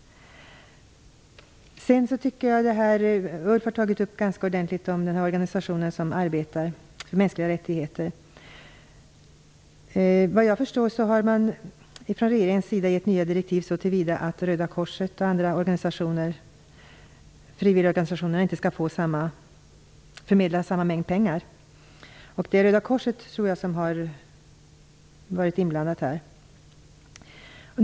Ulf Björklund talade ganska mycket om den organisation som arbetar för mänskliga rättigheter. Såvitt jag förstår har regeringen gett nya direktiv om att frivilligorganisationerna inte skall förmedla samma mängd pengar som tidigare. Jag tror att Röda korset har varit inblandat i detta.